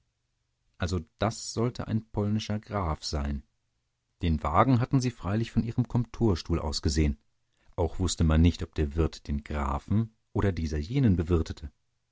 also das sollte ein polnischer graf sein den wagen hatten sie freilich von ihrem kontorstuhl aus gesehen auch wußte man nicht ob der wirt den grafen oder dieser jenen bewirte